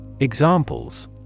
Examples